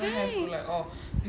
right